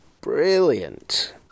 brilliant